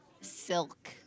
silk